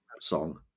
song